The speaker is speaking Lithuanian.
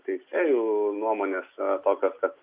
teisėjų nuomonės tokios kad